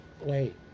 wait